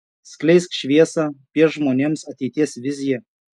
skleisk šviesą piešk žmonėms ateities viziją